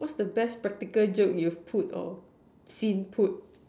what's the best practical joke you've put or seen put